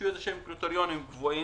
שיהיו קריטריונים קבועים.